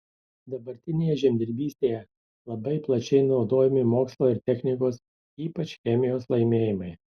dabartinėje žemdirbystėje labai plačiai naudojami mokslo ir technikos ypač chemijos laimėjimai